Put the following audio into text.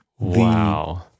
Wow